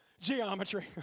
Geometry